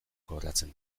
kobratzen